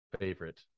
favorite